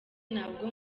nabwo